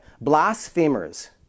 blasphemers